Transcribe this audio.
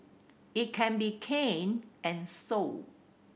it can be canned and sold